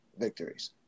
victories